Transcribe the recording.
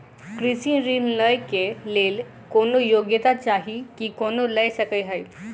कृषि ऋण लय केँ लेल कोनों योग्यता चाहि की कोनो लय सकै है?